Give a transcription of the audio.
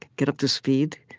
get up to speed.